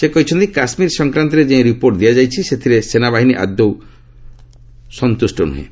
ସେ କହିଛନ୍ତି କାଶ୍ମୀର ସଂକ୍ରାନ୍ତରେ ଯେଉଁ ରିପୋର୍ଟ ଦିଆଯାଇଛି ସେଥିରେ ସେନାବାହିନୀ ଆଦୌ ନୁହେଁ